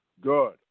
good